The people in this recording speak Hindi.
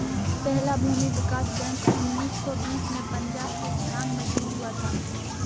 पहला भूमि विकास बैंक उन्नीस सौ बीस में पंजाब के झांग में शुरू हुआ था